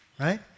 right